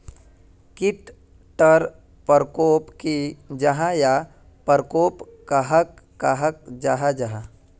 कीट टर परकोप की जाहा या परकोप कहाक कहाल जाहा जाहा?